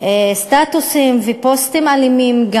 סטטוסים ופוסטים אלימים.